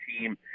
team